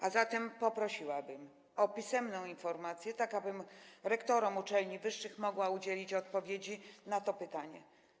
A zatem poprosiłabym o pisemną informację, tak abym rektorom uczelni wyższych mogła udzielić odpowiedzi na to pytanie.